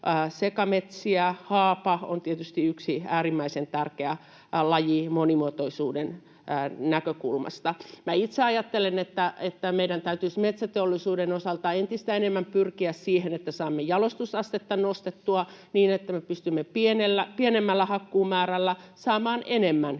sekametsiä. Haapa on tietysti yksi äärimmäisen tärkeä laji monimuotoisuuden näkökulmasta. Minä itse ajattelen, että meidän täytyisi metsäteollisuuden osalta entistä enemmän pyrkiä siihen, että saamme jalostusastetta nostettua niin, että me pystymme pienemmällä hakkuumäärällä saamaan enemmän